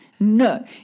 No